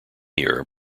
year